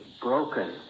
broken